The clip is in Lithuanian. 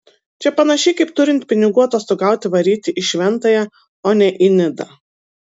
čia panašiai kaip turint pinigų atostogauti varyti į šventąją o ne į nidą